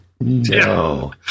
no